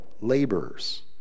laborers